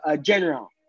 general